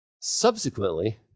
subsequently